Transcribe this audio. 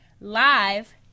live